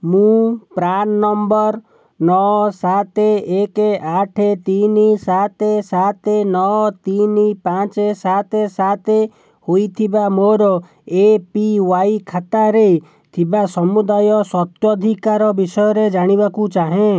ମୁଁ PRAN number ନଅ ସାତ ଏକ ଆଠ ତିନି ସାତ ସାତ ନଅ ତିନି ପାଞ୍ଚ ସାତ ସାତ ହୋଇଥିବା ମୋର ଏ ପି ୱାଇ ଖାତାରେ ଥିବା ସମୁଦାୟ ସତ୍ୱାଧିକାର ବିଷୟରେ ଜାଣିବାକୁ ଚାହେଁ